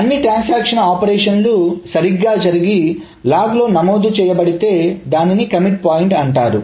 అన్ని ట్రాన్సాక్షన్ ఆపరేషన్లు సరిగ్గా జరిగి లాగ్ లో నమోదు చేయబడితే దాన్ని కమిట్ పాయింట్ అంటారు